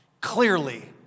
clearly